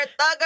Thugger